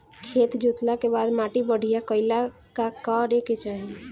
खेत जोतला के बाद माटी बढ़िया कइला ला का करे के चाही?